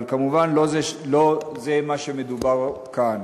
אבל, כמובן, לא זה מה שמדובר עליו כאן.